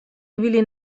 ibili